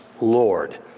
Lord